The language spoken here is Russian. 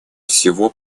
всего